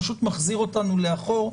הוא פשוט מחזיר אותנו לאחור,